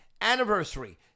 anniversary